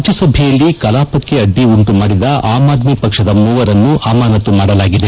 ರಾಜ್ಯಸಭೆಯಲ್ಲಿ ಕಲಾಪಕ್ಕೆ ಅಡ್ಡಿ ಉಂಟುಮಾದಿದ ಆಮ್ ಆದ್ಮಿ ಪಕ್ಷದ ಮೂವರನ್ನು ಅಮಾನತು ಮಾದಲಾಗಿದೆ